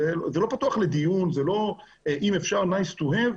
זה לא פתוח לדיון, זה לא אם אפשר, nice to have,